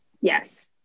Yes